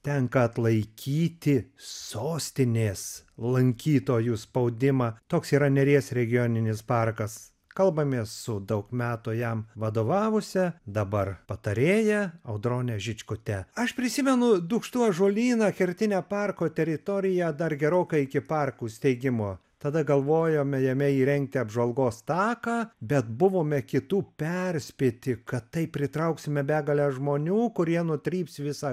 tenka atlaikyti sostinės lankytojų spaudimą toks yra neries regioninis parkas kalbamės su daug metų jam vadovavusia dabar patarėja audrone žičkute aš prisimenu dūkštų ąžuolyną kertinę parko teritoriją dar gerokai iki parkų steigimo tada galvojome jame įrengti apžvalgos taką bet buvome kitų perspėti kad taip pritrauksime begalę žmonių kurie nutryps visą